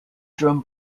drum